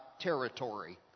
territory